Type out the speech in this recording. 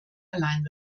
allein